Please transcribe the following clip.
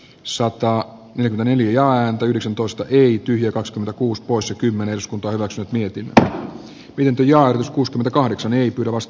sota yli neljä ääntä yhdeksäntoista ylittyy koska vakuus poissa kymmenes päiväksi mietin että pienten ja joskus kahdeksan ii tavast